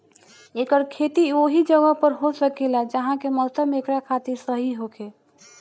एकर खेती ओहि जगह पर हो सकेला जहा के मौसम एकरा खातिर सही होखे